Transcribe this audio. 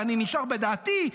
ואני נשאר בדעתי,